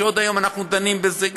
שעוד היום אנחנו דנים בזה,